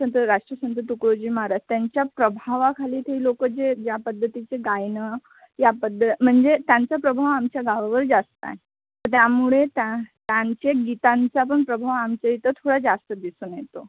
संत राष्ट्रसंत तुकडोजी महाराज त्यांच्या प्रभावाखाली ते लोकं जे ज्या पद्धतीचे गायन या पद्द म्हणजे त्यांचा प्रभाव आमच्या गावावर जास्त आहे त्यामुळे त्या त्यांचे गीतांचा पण प्रभाव आमच्या इथं थोडा जास्त दिसून येतो